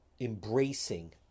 embracing